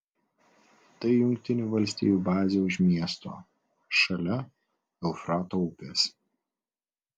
tai jungtinių valstijų bazė už miesto šalia eufrato upės